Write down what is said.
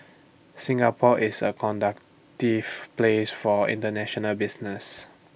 Singapore is A conductive place for International business